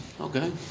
Okay